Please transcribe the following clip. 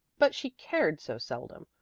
but she cared so seldom,